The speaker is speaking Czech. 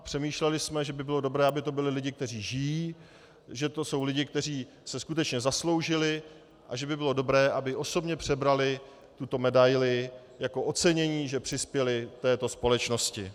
Přemýšleli jsme, že by bylo dobré, aby to byli lidé, kteří žijí, že to jsou lidé, kteří se skutečně zasloužili, a že by bylo dobré, aby osobně převzali tuto medaili jako ocenění, že přispěli této společnosti.